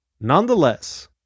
Nonetheless